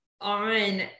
on